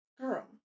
Girl